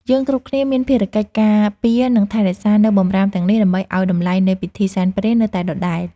យើងគ្រប់គ្នាមានភារកិច្ចការពារ និងថែរក្សានូវបម្រាមទាំងនេះដើម្បីឱ្យតម្លៃនៃពិធីសែនព្រេននៅតែដដែល។